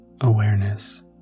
awareness